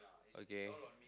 okay